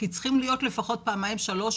כי צריכים להיות לפחות פעמיים-שלוש